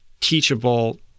teachable